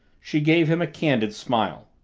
she gave him a candid smile.